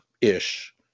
ish